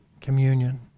communion